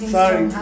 Sorry